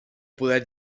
poder